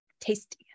Tasty